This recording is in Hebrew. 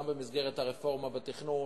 גם במסגרת הרפורמה בתכנון,